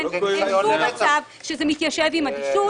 אין שום מצב שזה מתיישב עם אדישות.